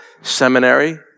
seminary